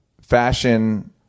fashion